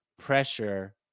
pressure